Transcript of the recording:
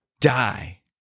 die